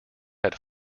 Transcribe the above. had